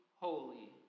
Holy